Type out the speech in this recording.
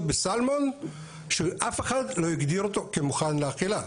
בסלמון שאף אחד לא הגדיר אותו כמוכן לאכילה.